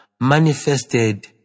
manifested